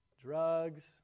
drugs